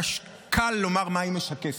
קל לומר מה היא משקפת,